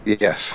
Yes